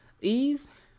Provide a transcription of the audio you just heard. Eve